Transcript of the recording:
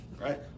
Right